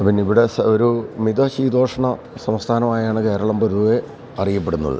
പിന്നിവിടെ ഒരു മിത ശീതോഷ്ണ സംസ്ഥാനമായാണ് കേരളം പൊതുവെ അറിയപ്പെടുന്നത്